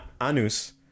Anus